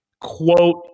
quote